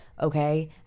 Okay